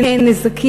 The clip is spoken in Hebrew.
עד היום אין נזקים.